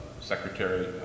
secretary